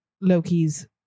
Loki's